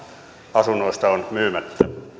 asunnoista on myymättä